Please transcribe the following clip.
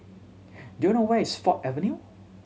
do you know where is Ford Avenue